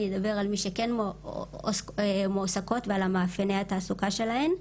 נדבר על מי שכן מועסקות ועל מאפייני התעסוקה שלהן.